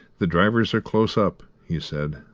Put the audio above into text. the drivers are close up, he said.